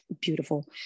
Beautiful